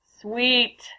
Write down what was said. Sweet